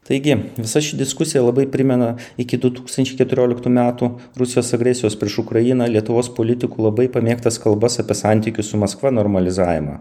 taigi visa ši diskusija labai primena iki du tūkstančiai keturioliktų metų rusijos agresijos prieš ukrainą lietuvos politikų labai pamėgtas kalbas apie santykių su maskva normalizavimą